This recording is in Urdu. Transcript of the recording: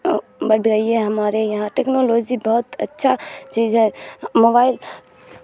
بٹ گئی ہے ہمارے یہاں ٹیکنالوزی بہت اچھا چیز ہے مووائل